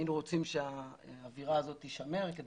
היינו רוצים שהאווירה הזאת תישמר כדי